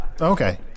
Okay